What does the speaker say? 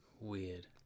Weird